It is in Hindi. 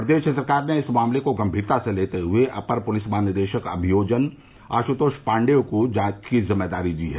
प्रदेश सरकार ने इस मामले को गंभीरता से लेते हुए अपर पुलिस महानिदेशक अभियोजन आशुतोष पाण्डेय को जांच की जिम्मेदारी दी है